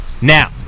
Now